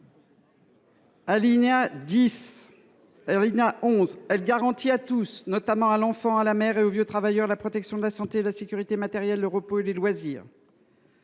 Alinéa 11 :« Elle garantit à tous, notamment à l’enfant, à la mère et aux vieux travailleurs, la protection de la santé, la sécurité matérielle, le repos et les loisirs.